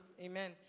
Amen